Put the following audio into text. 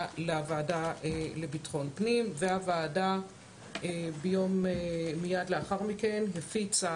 לוועדה לביטחון הפנים והוועדה מיד לאחר מכן הפיצה